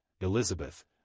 Elizabeth